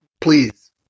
please